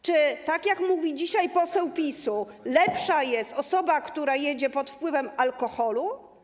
Czy tak jak mówi dzisiaj poseł PiS-u, lepsza jest osoba, która jeździ pod wpływem alkoholu?